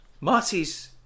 Marty's